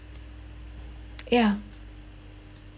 ya